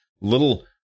little